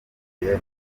nahuye